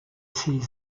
ces